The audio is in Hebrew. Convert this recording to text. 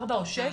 ארבע או שש,